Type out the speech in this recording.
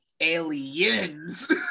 aliens